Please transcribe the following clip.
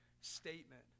statement